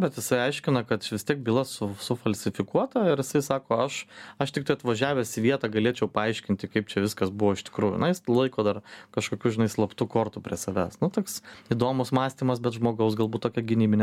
bet jisai aiškina kad čia vis tiek byla su sufalsifikuota ir sako aš aš tiktai atvažiavęs į vietą galėčiau paaiškinti kaip čia viskas buvo iš tikrųjų na jis laiko dar kažkokių žinai slaptų kortų prie savęs nu toks įdomus mąstymas bet žmogaus galbūt tokia gynybinė strategija